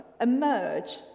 emerge